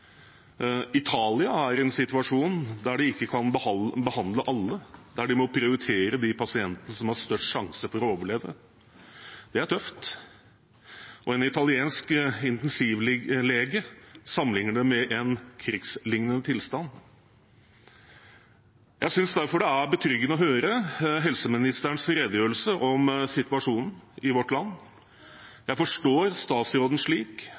Italia er i en situasjon der de ikke kan behandle alle, der de må prioritere de pasientene som har størst sjanse for å overleve. Det er tøft, og en italiensk intensivlege sammenligner det med en krigslignende tilstand. Jeg synes derfor det er betryggende å høre helseministerens redegjørelse om situasjonen i vårt land. Jeg forstår statsråden slik